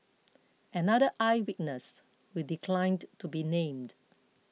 another eye witness who declined to be named